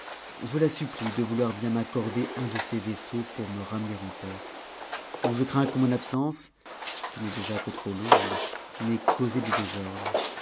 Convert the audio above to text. je la supplie de vouloir bien m'accorder un de ses vaisseaux om me ramener en perse où je crains que mon absence qui n'est dé à trop longue n'ait causé du désordre